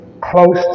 close